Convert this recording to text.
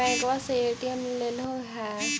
बैंकवा से ए.टी.एम लेलहो है?